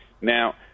Now